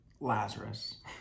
Lazarus